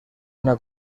una